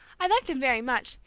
i liked him very much.